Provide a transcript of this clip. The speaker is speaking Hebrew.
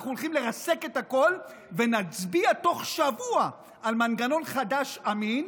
אנחנו הולכים לרסק את הכול ונצביע תוך שבוע על מנגנון חדש ואמין,